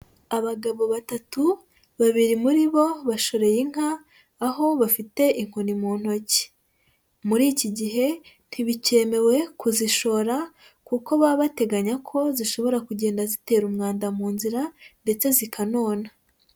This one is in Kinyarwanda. Abagabo batatu babiri muri bo bashoreye inka aho bafite inkoni mu ntoki, muri iki gihe ntibikemewe kuzishora kuko baba bateganya ko zishobora kugenda zitera umwanda mu nzira ndetse zikanona.